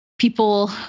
People